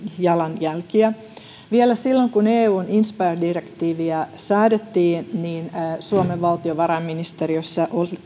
jalanjäljissä vielä silloin kun eun inspire direktiiviä säädettiin suomen valtiovarainministeriössä